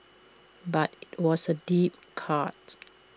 but IT was A deep cut